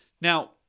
Now